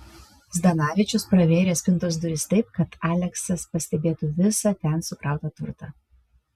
zdanavičius pravėrė spintos duris taip kad aleksas pastebėtų visą ten sukrautą turtą